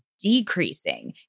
decreasing